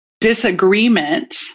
disagreement